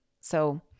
So-